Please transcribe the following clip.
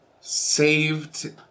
saved